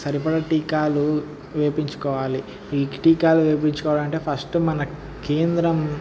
సరిపడా టీకాలు వేయించుకోవాలి ఈ టీకాలు వేయించుకోవాలంటే ఫస్ట్ మన కేంద్రం